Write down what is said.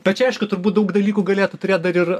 bet čia aišku turbūt daug dalykų galėtų turėt dar ir